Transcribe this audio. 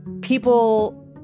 people